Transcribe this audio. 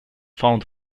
font